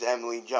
Emily